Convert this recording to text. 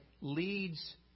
leads